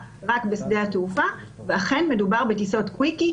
רק בשדה התעופה ואכן מדובר בטיסות קוויקי,